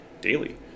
daily